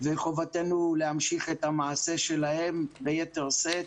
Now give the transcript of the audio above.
זו חובתנו להמשיך את המעשה שלהם ביתר שאת,